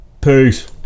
Peace